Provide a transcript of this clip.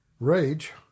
Rage